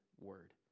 word